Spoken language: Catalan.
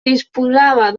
disposava